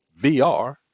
VR